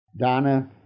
Donna